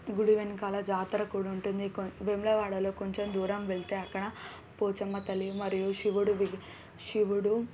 గుడి వెనకాల జాతర కూడా ఉంటుంది కొం వేములవాడలో కొంచెం దూరం వెళితే అక్కడ పోచమ్మ తల్లి మరియు శివుడు విగ్ శివుడు